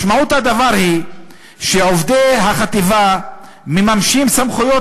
משמעות הדבר היא שעובדי החטיבה מממשים סמכויות